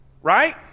Right